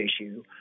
issue